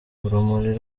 urumuri